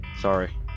Sorry